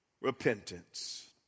repentance